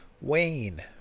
Wayne